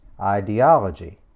ideology